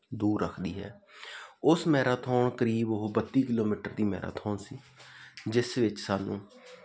ਦੂਰ ਰੱਖਦੀ ਹੈ ਉਸ ਮੈਰਾਥੋਨ ਕਰੀਬ ਉਹ ਬੱਤੀ ਕਿਲੋਮੀਟਰ ਦੀ ਮੈਰਾਥੋਨ ਸੀ ਜਿਸ ਵਿੱਚ ਸਾਨੂੰ